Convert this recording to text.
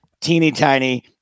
teeny-tiny